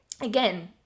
again